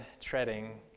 treading